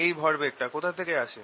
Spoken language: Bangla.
এই ভরবেগটা কোথা থেকে আসে